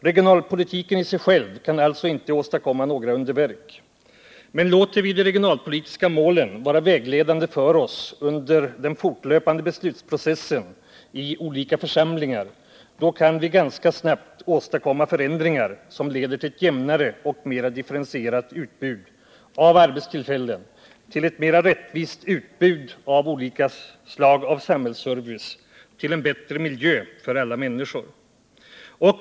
Regionalpolitiken i sig själv kan alltså inte åstadkomma några underverk. Men låter vi de regionalpolitiska målen vara vägledande för oss under den fortlöpande beslutsprocessen i olika församlingar, kan vi ganska snabbt åstadkomma förändringar som leder till ett jämnare och mera differentierat utbud av arbetstillfällen, till ett mera rättvist utbud av olika slag av samhällsservice och till en bättre miljö för alla människor.